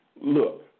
look